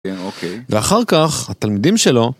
כן, אוקיי. ואחר כך, התלמידים שלו...